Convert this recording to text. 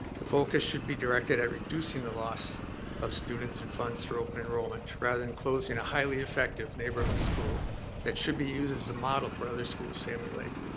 the focus should be directed at reducing the loss of students and funds for open enrollment, rather than closing a highly effective neighborhood school that should be used as a model for other schools to emulate.